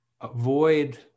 avoid